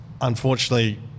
Unfortunately